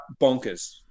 bonkers